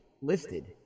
listed